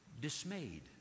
dismayed